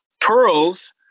pearls